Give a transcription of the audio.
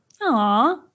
Aw